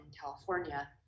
California